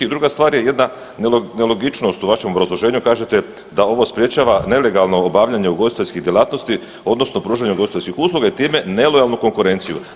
I druga stvar je jedna nelogičnost u vašem obrazloženju, a kažete da ovo sprečava nelegalno obavljanje ugostiteljskih djelatnosti odnosno pružanje ugostiteljskih usluga i time nelojalnu konkurenciju.